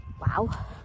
Wow